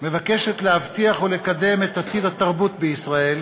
מבקשת להבטיח ולקדם את עתיד התרבות בישראל,